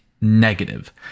negative